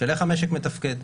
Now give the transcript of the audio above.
של איך המשק מתפקד.